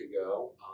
ago